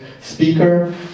speaker